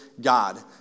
God